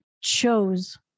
chose